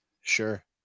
sure